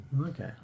Okay